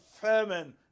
famine